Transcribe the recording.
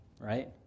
Right